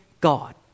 God